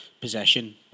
possession